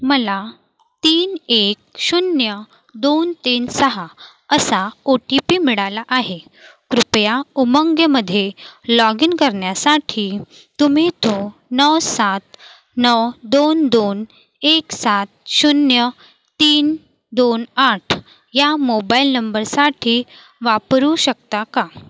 मला तीन एक शून्य दोन तीन सहा असा ओ टी पी मिळाला आहे कृपया उमंगमध्ये लॉगीन करण्यासाठी तुम्ही तो नऊ सात नऊ दोन दोन एक सात शून्य तीन दोन आठ या मोबाईल नंबरसाठी वापरू शकता का